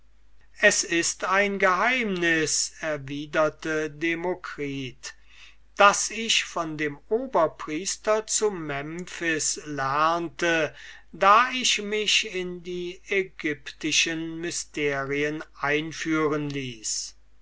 es ist ein geheimnis sagte demokritus das ich von dem oberpriester zu memphis lernte da ich mich in den ägyptischen mysterien initieren ließ